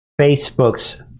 Facebook's